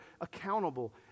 accountable